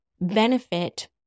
benefit